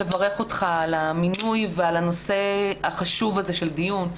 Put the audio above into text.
לברך אותך על המינוי ועל הנושא החשוב הזה לדיון.